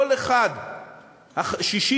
השישי,